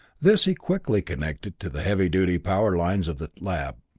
this he quickly connected to the heavy duty power lines of the lab.